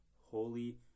Holy